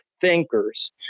thinkers